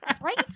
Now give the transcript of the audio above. Right